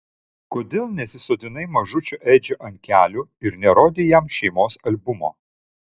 kodėl nesisodinai mažučio edžio ant kelių ir nerodei jam šeimos albumo